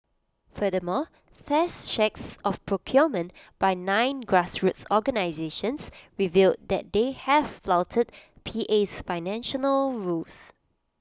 furthermore test checks of procurement by nine grassroots organisations revealed that they have flouted PA's financial rules